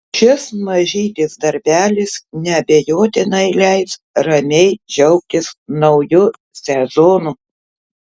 šis mažytis darbelis neabejotinai leis ramiai džiaugtis nauju sezonu